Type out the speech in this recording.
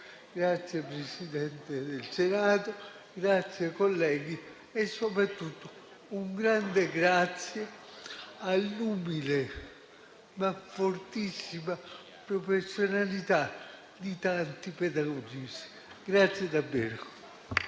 signor Presidente del Senato, grazie, colleghi. Soprattutto, un grande grazie all'umile, ma fortissima, professionalità di tanti pedagogisti.